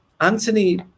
anthony